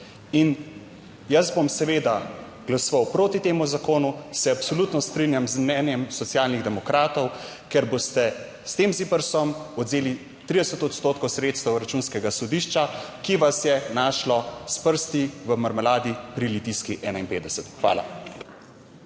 In jaz bom seveda glasoval proti temu zakonu, se absolutno strinjam z mnenjem Socialnih demokratov, ker boste s tem ZIPRS odvzeli 30 odstotkov sredstev Računskega sodišča, ki vas je našlo s prsti v marmeladi pri Litijski 51. Hvala.